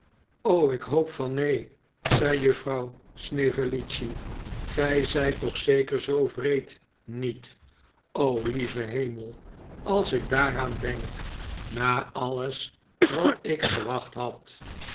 ik hoop van neen zei juffrouw snevellicci gij zijt toch zeker zoo wreed niet o lieve hemel als ik daaraan denk na alles wat ik verwacht had